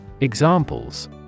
Examples